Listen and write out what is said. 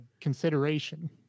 consideration